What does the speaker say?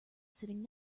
sitting